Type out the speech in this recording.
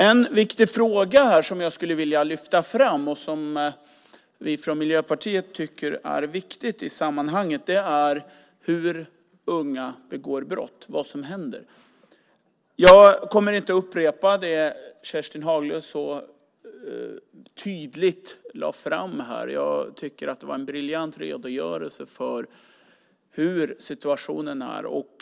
En viktig fråga som jag skulle vilja lyfta fram och som vi från Miljöpartiet tycker är viktig i sammanhanget är hur unga begår brott och vad som händer. Jag kommer inte att upprepa det som Kerstin Haglö så tydligt förde fram här. Jag tycker att det var en briljant redogörelse för hur situationen är.